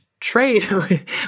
trade